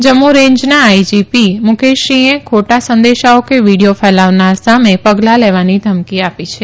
જમ્મુ રેન્જના આઇજીપી મુકેશસિંહે ખોટા સંદેશાઓ કે વીડીયો ફેલાવનાર સામે પગલાં લેવાની ધમકી આપી છે